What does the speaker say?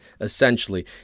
essentially